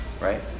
Right